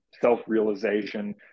self-realization